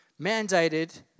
mandated